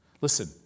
Listen